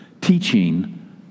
teaching